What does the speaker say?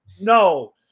no